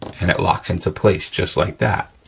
and it locks into place, just like that,